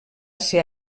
ser